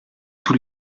tous